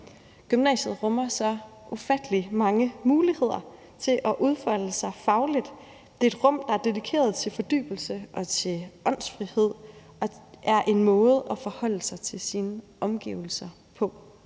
Gymnasiet rummer så ufattelig mange muligheder for at udfolde sig fagligt. Det er et rum, der er dedikeret til fordybelse og til åndsfrihed, og det er en måde at forholde sig til sine omgivelser på.